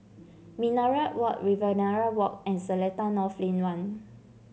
Minaret Walk Riverina Walk and Seletar North Lane One